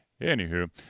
Anywho